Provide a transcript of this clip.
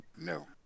no